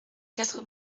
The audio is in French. quatre